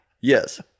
yes